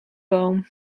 boom